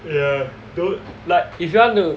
yeah don't like if you want to